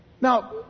Now